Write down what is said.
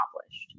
accomplished